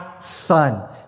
son